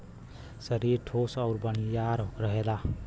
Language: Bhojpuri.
सरीर ठोस आउर बड़ियार रहेला